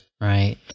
Right